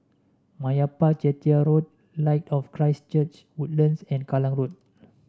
Meyappa Chettiar Road Light of Christ Church Woodlands and Kallang Road